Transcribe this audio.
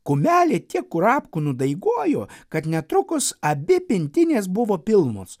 kumelė tiek kurapkų nudaigojo kad netrukus abi pintinės buvo pilnos